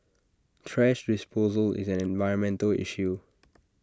thrash disposal is an environmental issue